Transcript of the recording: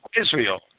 Israel